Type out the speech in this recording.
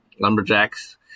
lumberjacks